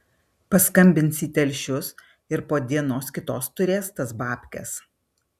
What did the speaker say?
paskambins į telšius ir po dienos kitos turės tas babkes